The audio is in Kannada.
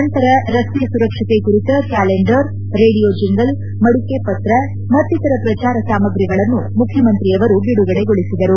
ನಂತರ ರಸ್ತೆ ಸುರಕ್ಷತೆ ಕುರಿತ ಕ್ಕಾಲೆಂಡರ್ ರೇಡಿಯೋ ಜಿಂಗಲ್ ಮಡಿಕೆಪತ್ರ ಮತ್ತಿತರ ಪ್ರಚಾರ ಸಾಮಗಿಗಳನ್ನು ಮುಖ್ಯಮಂತ್ರಿ ಬಿಡುಗಡೆಗೊಳಿಸಿದರು